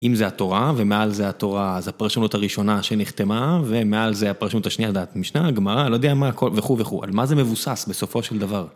אם זה התורה, ומעל זה התורה, אז הפרשנות הראשונה שנחתמה, ומעל זה הפרשנות השנייה לדעת משנה, גמרא, לא יודע מה, וכו' וכו', על מה זה מבוסס בסופו של דבר.